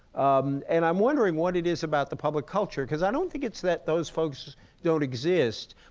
um and i'm wondering what it is about the public culture, because i don't think it's that those folks don't exist.